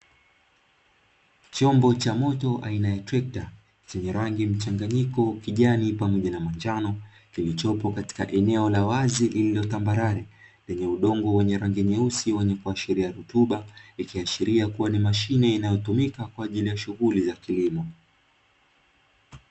Chombo cha moto aina ya trekta zenye rangi mchanganyiko kijani pamoja na machano kilichopo katika eneo la wazi lililotambalare lenye udongo wenye rangi nyeusi wenye kuashiria rutuba yakiashiria kuwa ni mashine inayotumika kwa ajili ya shughuli za kilimo.